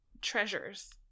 treasures